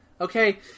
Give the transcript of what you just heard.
Okay